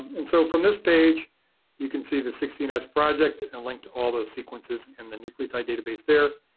and so from this page you can see the sixteen s project and and link to all the sequences and the nucleotide database there.